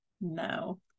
No